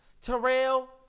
Terrell